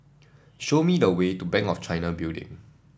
show me the way to Bank of China Building